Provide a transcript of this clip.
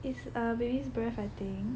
it's a baby's breath I think